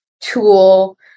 tool